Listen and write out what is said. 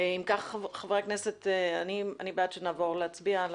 אם כך, חברי הכנסת, אני בעד שנעבור להצביע על